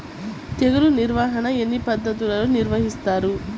తెగులు నిర్వాహణ ఎన్ని పద్ధతులలో నిర్వహిస్తారు?